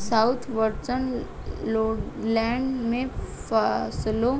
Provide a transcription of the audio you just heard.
south western lowland में फसलों